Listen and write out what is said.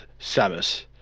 Samus